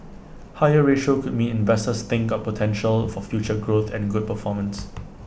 higher ratio could mean investors think got potential for future growth and good performance